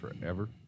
forever